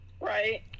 Right